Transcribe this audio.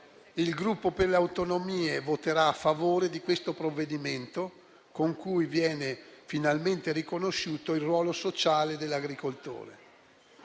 il Gruppo per le Autonomie voterà a favore di questo provvedimento con cui viene finalmente riconosciuto il ruolo sociale dell'agricoltore.